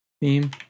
theme